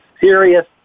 serious